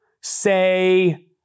say